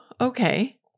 okay